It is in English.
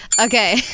Okay